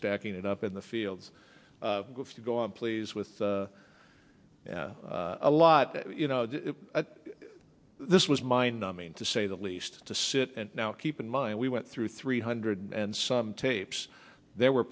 stacking it up in the fields to go on please with a lot you know this was mind numbing to say the least to sit and now keep in mind we went through three hundred and some tapes there were